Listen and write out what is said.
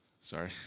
Sorry